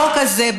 החוק הזה,